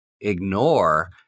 ignore